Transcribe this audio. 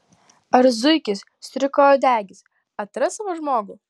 ar zuikis striukauodegis atras savo žmogų